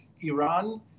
Iran